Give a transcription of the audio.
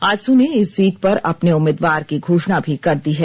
आजसू ने इस सीट पर अपने उम्मीदवार की घोषणा भी कर दी है